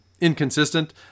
inconsistent